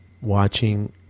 watching